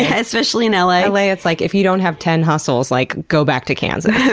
ah especially in ah la. la, it's like, if you don't have ten hustles, like go back to kansas.